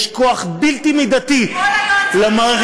יש כוח בלתי מידתי למערכת,